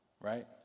right